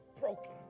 broken